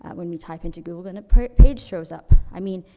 when we type into google and a pa page shows up? i mean,